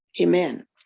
Amen